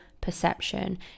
perception